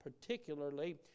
particularly